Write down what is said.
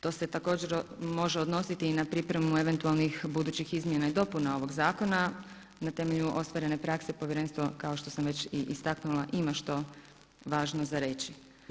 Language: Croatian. To se također može odnositi i na pripremu eventualnih budućih izmjena i dopuna ovog zakona na temelju ostvarene prakse povjerenstva kao što sam već i istaknula ima što važno za reći.